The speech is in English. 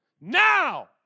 Now